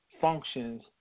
functions